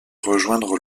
rejoindre